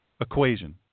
equation